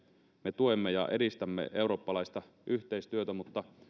me tuemme ja edistämme eurooppalaista yhteistyötä mutta